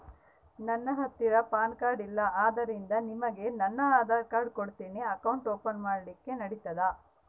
ನನ್ನ ಹತ್ತಿರ PAN card ಇಲ್ಲ ಆದ್ದರಿಂದ ನಿಮಗೆ ನನ್ನ ಆಧಾರ್ ಕಾರ್ಡ್ ಕೊಡ್ತೇನಿ ಅಕೌಂಟ್ ಓಪನ್ ಮಾಡ್ಲಿಕ್ಕೆ ನಡಿತದಾ?